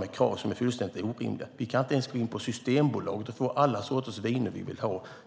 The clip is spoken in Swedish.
med krav som är fullständigt orimliga. Vi kan inte gå in på Systembolaget och få alla viner vi vill ha.